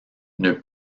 n’eût